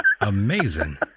Amazing